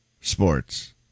sports